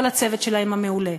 וכל הצוות שלהם המעולה,